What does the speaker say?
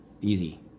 easy